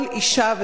כל אשה,